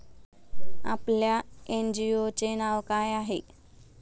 आपल्या एन.जी.ओ चे नाव काय आहे?